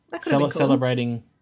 Celebrating